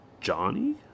Johnny